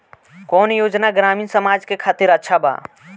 कौन योजना ग्रामीण समाज के खातिर अच्छा बा?